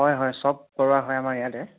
হয় হয় চব কৰোৱা হয় আমাৰ ইয়াতে